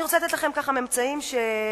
אני רוצה לתת לכם ממצאים רלוונטיים,